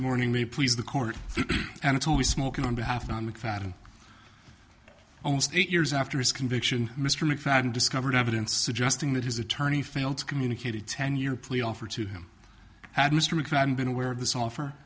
morning may please the court and it's always smoking on behalf on mcfadden almost eight years after his conviction mr mcfadden discovered evidence suggesting that his attorney failed to communicate a ten year plea offer to him had mr mcmahon been aware of this offer